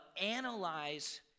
analyze